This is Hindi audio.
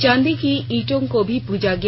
चांदनी की इटों को भी पूजा गया